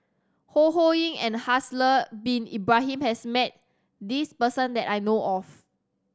Ho Ho Ying and Haslir Bin Ibrahim has met this person that I know of